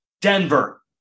Denver